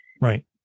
right